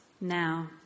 now